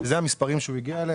ואלה המספרים שהוא הגיע אליהם,